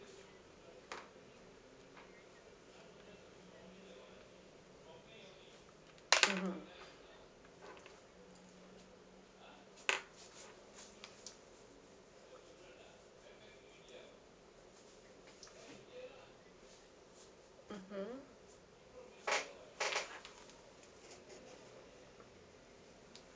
mmhmm